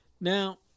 Now